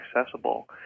accessible